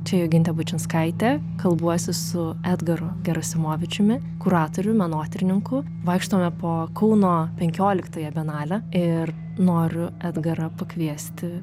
čia jogintė bučinskaitė kalbuosi su edgaru gerasimovičiumi kuratorium menotyrininku vaikštome po kauno penkioliktąją bienalę ir noriu edgarą pakviesti